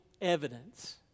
evidence